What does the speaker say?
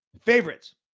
favorites